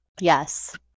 Yes